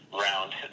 round